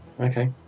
Okay